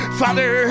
father